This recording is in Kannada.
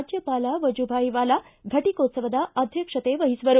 ರಾಜ್ಯಪಾಲ ವಜುಭಾಯ್ ವಾಲಾ ಘಟಿಕೋತ್ಸವದ ಅಧ್ಯಕ್ಷತೆ ವಹಿಸುವರು